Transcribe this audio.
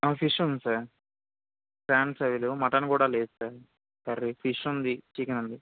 ఆ ఫిష్ ఉంది sir prawns అవి లేవు మటన్ కూడా లేదు సార్ కర్రీ ఫిష్ ఉంది చికెన్ ఉంది